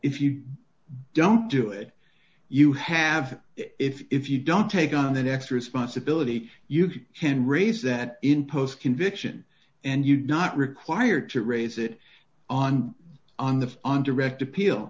if you don't do it you have if you don't take on the next responsibility you can raise that in post conviction and you do not require to raise it on on the on direct appeal